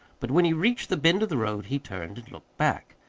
but when he reached the bend of the road he turned and looked back.